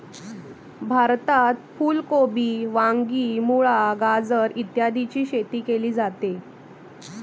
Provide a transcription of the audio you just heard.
भारतात फुल कोबी, वांगी, मुळा, गाजर इत्यादीची शेती केली जाते